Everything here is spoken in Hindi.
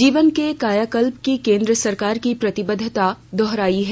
जीवन के कायाकल्प की केन्द्र सरकार की प्रतिबद्वता दोहराई है